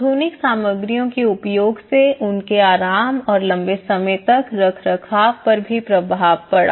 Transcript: आधुनिक सामग्रियों के उपयोग से उनके आराम और लंबे समय तक रखरखाव पर भी प्रभाव पड़ा